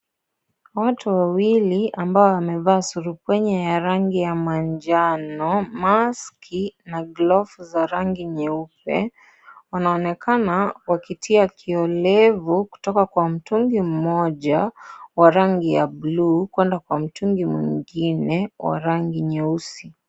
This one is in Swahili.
Watu wawili ambao wamevaa suruali yenye rangi ya manjano, maski na glavu za rangi nyeupe wanaonekana wakitia kiolevu kutoka kwa mtungi moja wa rangi ya blue kuenda kwa mtungi ingine wa rangi nyeusi.